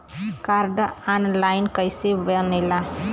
Card online कइसे बनेला?